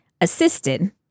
Assisted